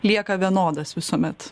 lieka vienodas visuomet